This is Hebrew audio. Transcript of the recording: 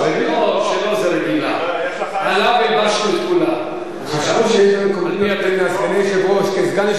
זה לא שום קומבינות בין סגני היושב-ראש.